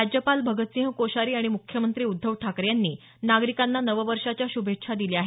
राज्यपाल भगतसिंह कोश्यारी आणि मुख्यमंत्री उद्धव ठाकरे यांनी नागरिकांना नववर्षाच्या श्रभेच्छा दिल्या आहेत